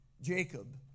Jacob